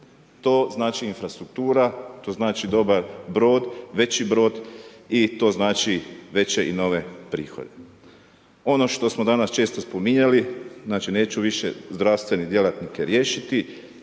To znači infrastruktura, to znači dobar brod, veći brod i to znači veće i nove prihode. Ono što smo danas često spominjali znači neće više zdravstvene djelatnike, učitelji